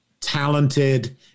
talented